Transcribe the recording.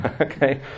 Okay